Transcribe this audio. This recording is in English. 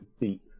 deep